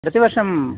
प्रतिवर्षं